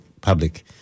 public